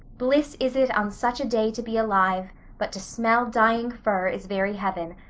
bliss is it on such a day to be alive but to smell dying fir is very heaven.